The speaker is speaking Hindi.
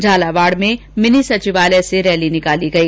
झालावाड़ में मिनी सचिवालय में रैली निकाली गई